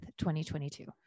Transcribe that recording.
2022